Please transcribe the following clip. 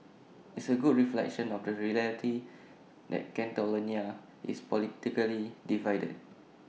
it's A good reflection of the reality that Catalonia is politically divided